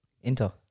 Inter